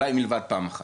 אולי מלבד פעם אחת.